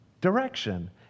direction